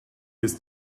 ist